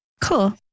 Cool